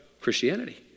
Christianity